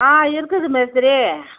ஆ இருக்குது மேஸ்திரி